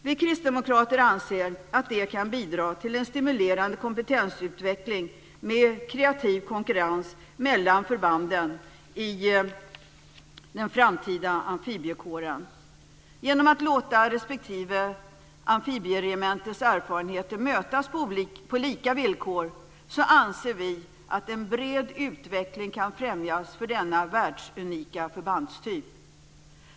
Vi kristdemokrater anser att det kan bidra till en stimulerande kompetensutveckling med kreativ konkurrens mellan förbanden i den framtida amfibiekåren. Genom att låta respektive amfibieregementes erfarenheter mötas på lika villkor anser vi att en bred utveckling kan främjas för denna världsunika förbandstyp.